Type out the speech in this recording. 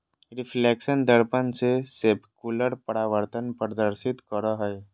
reflection दर्पण से specular परावर्तन प्रदर्शित करो हइ